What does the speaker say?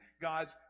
God's